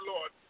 Lord